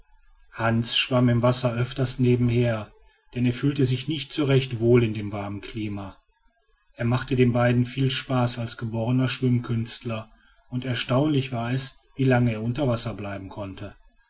hans schwamm im wasser öfters nebenher denn er fühlte sich nicht so recht wohl in dem warmen klima er machte den beiden viel spaß als geborener schwimmkünstler und erstaunlich war es wie lange er unter wasser bleiben konnte